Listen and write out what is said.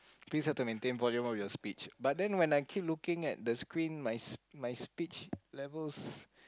please also maintain volume of the speech but then when I keep looking at the screen my m~ my speech levels